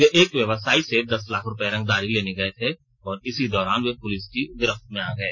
वे एक व्यवसायी से दस लाख रुपए रंगदारी लेने गए थे और इसी दौरान वे पुलिस की गिरफ्त में आ गए